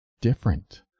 different